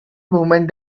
movement